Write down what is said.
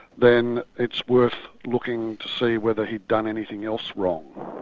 then it's worth looking to see whether he'd done anything else wrong.